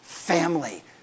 Family